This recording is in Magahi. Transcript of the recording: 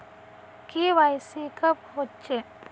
के.वाई.सी कब होचे?